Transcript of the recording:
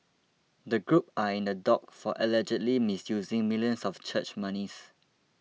the group are in the dock for allegedly misusing millions of church monies